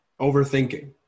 overthinking